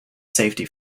safety